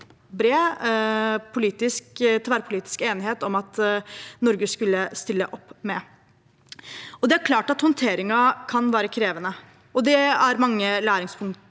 var tverrpolitisk enighet om at Norge skulle stille opp. Det er klart at håndteringen var krevende, og det er mange læringspunkter.